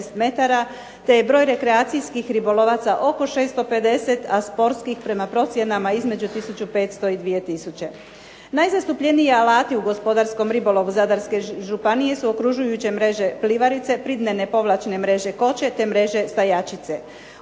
te je broj rekreacijskih ribolovaca oko 650 a sportskih prema procjenama između tisuću 500 i 2 tisuće. Najzastupljeniji alati u gospodarskom ribolovu Zadarske županije su okružujuće mreže plivarice, ... povlačne mreže koče, te mreže stajačice.